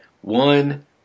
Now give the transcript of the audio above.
one